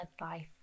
Life